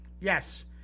Yes